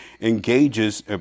engages